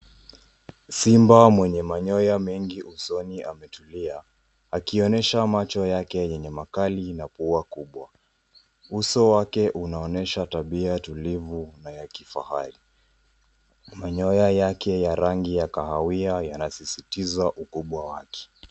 Simba mwenye manyoya mengi usoni ametulia, akionyesha macho yake yenye makali na pua wake. Uso wake unaonyesha tabia tulivu na ya kifahari. Manyoya yake ya rangi ya kahawia yanasisitiza ukubwa wake.